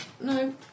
No